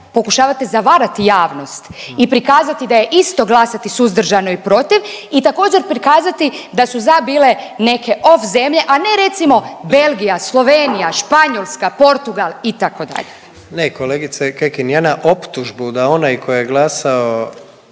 pokušavate zavarati javnost i prikazati da je isto glasati suzdržano i protiv i također prikazati da su za bile neke off zemlje, a ne recimo Belgija, Slovenija, Španjolska, Portugal itd.. **Jandroković, Gordan (HDZ)** Ne kolegice Kekin, ja na optužbu da onaj koji je glasao,